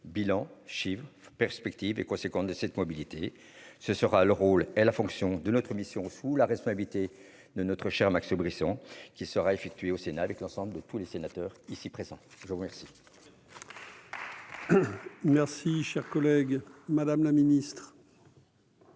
bilan Chive perspective et conséquences de cette mobilité, ce sera le rôle et la fonction de notre mission, la responsabilité de notre cher Max Brisson qui sera effectué au Sénat avec l'ensemble de tous les sénateurs, ici présent, je vous remercie.